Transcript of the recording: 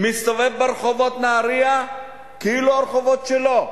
מסתובב ברחובות נהרייה כאילו הרחובות שלו.